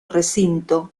recinto